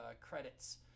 credits